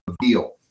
deal